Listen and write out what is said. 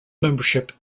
membership